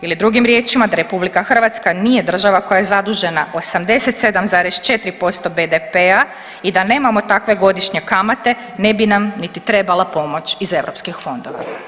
Ili, drugim riječima, da RH nije država koja je zadužena 87,4% BDP-a i da nemamo takve godišnje kamate, ne bi nam niti trebala pomoć iz EU fondova.